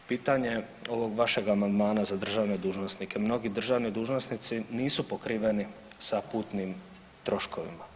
Pitanje ovog vašeg amandmana za državne dužnosnike mnogi državni dužnosnici nisu pokriveni sa putnim troškovima.